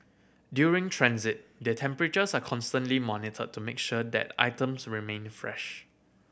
during transit their temperatures are constantly monitored to make sure that items remain fresh